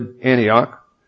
Antioch